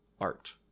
art